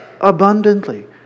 abundantly